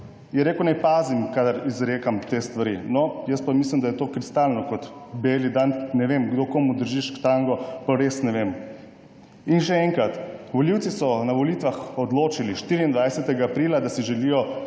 je rekel, naj pazim, kadar izrekam te stvari. No, jaz pa mislim, da je to jasno kot beli dan. Ne vem, kdo komu drži štango, potem res ne vem. Še enkrat, volivci so na volitvah 24. aprila odločili, da si želijo